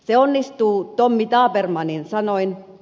se onnistuu tommy tabermannin sanoin